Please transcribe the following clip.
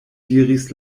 diris